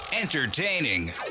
entertaining